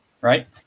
right